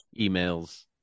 emails